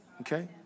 Okay